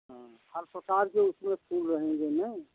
हाँ हर प्रकार से उसमें फूल रहेंगे ना